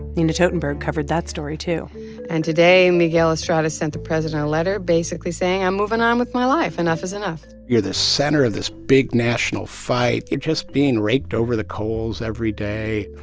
nina totenberg covered that story, too and today, miguel estrada sent the president a letter basically saying i'm moving on with my life. enough is enough you're the center of this big national fight. you're just being raked over the coals every day.